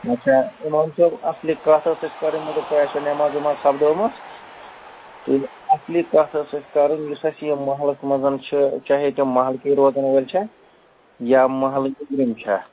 اَچھا اِمام صٲب اَصلی کَتھ ٲسۍ اَسہِ کَرٕنۍ مےٚ دوٚپ تُہۍ ٲسوٕ نٮ۪ماز وٮ۪ماز سپدٲومٕژ تہٕ اَصلی کَتھ ٲسۍ اَسہِ کَرٕنۍ یُس اَسہِ یہِ محلس منٛز چھِ چاہے تَمہِ محلٕکی روزن وٲلۍ چھَ یا محلہٕ نٮ۪برِم چھا